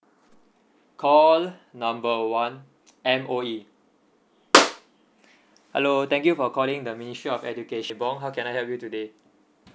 call number one M_O_E hello thank you for calling the ministry of education bong how can I help you today